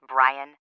Brian